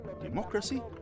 democracy